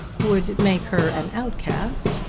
would make her an outcast,